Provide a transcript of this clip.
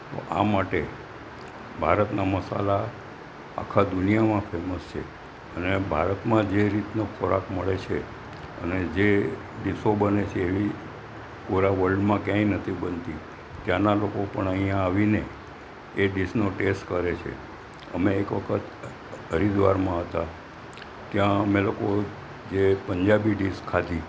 તો આ માટે ભારતના મસાલા આખા દુનિયામાં ફેમસ છે અને ભારતમાં જે રીતનો ખોરાક મળે છે અને જે ડિશ બને છે એવી પૂરા વર્લ્ડમાં ક્યાંય નથી બનતી ત્યાંના લોકો પણ અહીં આવીને એ ડિશનો ટેસ્ટ કરે છે અમે એક વખત હરિદ્વારમાં હતાં ત્યાં અમે લોકો જે પંજાબી ડીશ ખાધી